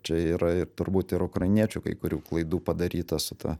čia yra ir turbūt ir ukrainiečių kai kurių klaidų padaryta su ta